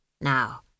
Now